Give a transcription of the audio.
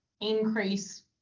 increase